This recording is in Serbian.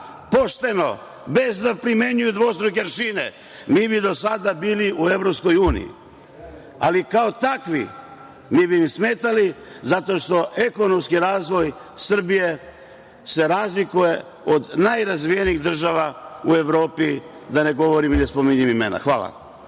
pošteno, bez da primenjuje dvostruke aršine, mi bi do sada bili u EU, ali kao takvi mi bi im smetali zato što ekonomski razvoj Srbije se razlikuje od najrazvijenijih država u Evropi, da ne govorim i ne spominjem imena. Hvala.